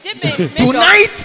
Tonight